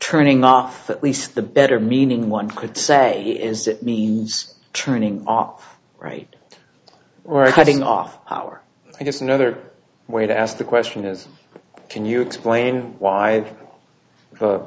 turning up at least the better meaning one could say is that means turning off right right cutting off our i guess another way to ask the question is can you explain why th